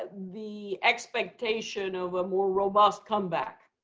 the expectation of a more robust comeback.